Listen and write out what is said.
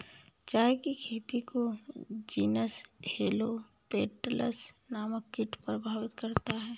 चाय की खेती को जीनस हेलो पेटल्स नामक कीट प्रभावित करते हैं